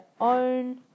own